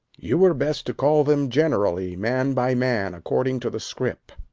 you were best to call them generally, man by man, according to the scrip.